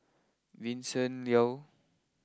Vincent Leow